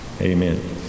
Amen